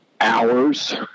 hours